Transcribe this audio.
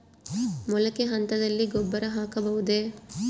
ಮೊಳಕೆ ಹಂತದಲ್ಲಿ ಗೊಬ್ಬರ ಹಾಕಬಹುದೇ?